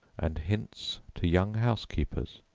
and hints to young housekeepers.